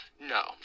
No